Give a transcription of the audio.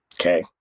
Okay